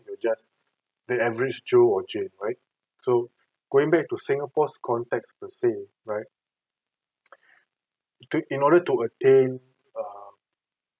you're just the average joe or jack right so going back to singapore's context per se right in order to attain um